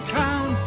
town